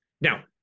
Now